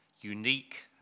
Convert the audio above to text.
unique